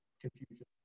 confusion